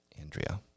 Andrea